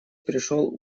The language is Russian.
пришел